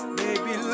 baby